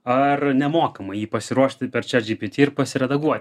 ar nemokamai jį pasiruošti per chatgpt ir pasiredaguoti